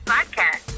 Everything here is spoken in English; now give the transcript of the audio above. Podcast